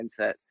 mindset